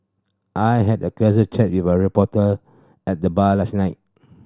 I had a casual chat with a reporter at the bar last night